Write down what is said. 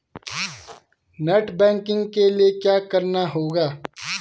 Net banking के लिए क्या करना होगा?